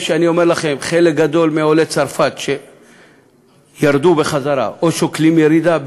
אני אומר לכם שחלק גדול מעולי צרפת שירדו בחזרה או שוקלים ירידה,